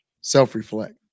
self-reflect